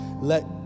Let